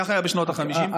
כך היה בשנות החמישים,